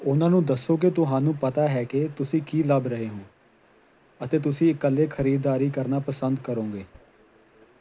ਉਨ੍ਹਾਂ ਨੂੰ ਦੱਸੋ ਕਿ ਤੁਹਾਨੂੰ ਪਤਾ ਹੈ ਕਿ ਤੁਸੀਂ ਕੀ ਲੱਭ ਰਹੇ ਹੋ ਅਤੇ ਤੁਸੀਂ ਇਕੱਲੇ ਖਰੀਦਦਾਰੀ ਕਰਨਾ ਪਸੰਦ ਕਰੋਗੇ